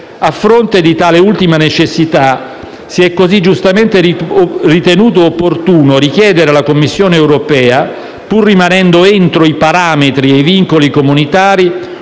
A fronte di tale ultima necessità, si è giustamente ritenuto opportuno richiedere alla Commissione europea, pur rimanendo entro i parametri e i vincoli comunitari,